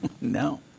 No